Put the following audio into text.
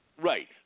Right